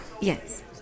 Yes